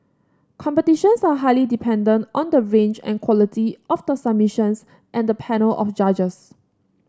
competitions are highly dependent on the range and quality of the submissions and the panel of judges